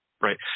Right